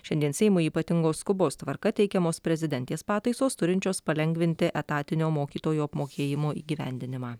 šiandien seimui ypatingos skubos tvarka teikiamos prezidentės pataisos turinčios palengvinti etatinio mokytojų apmokėjimo įgyvendinimą